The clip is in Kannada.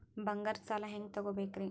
ಬಂಗಾರದ್ ಸಾಲ ಹೆಂಗ್ ತಗೊಬೇಕ್ರಿ?